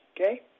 okay